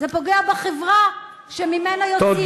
זה פוגע בחברה שממנה יוצאים העבריינים.